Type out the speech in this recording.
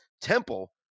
Temple